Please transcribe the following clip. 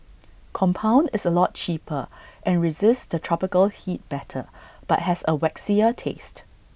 compound is A lot cheaper and resists the tropical heat better but has A waxier taste